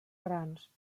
grans